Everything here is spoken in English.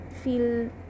feel